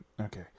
okay